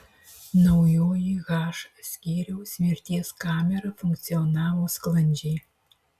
naujoji h skyriaus mirties kamera funkcionavo sklandžiai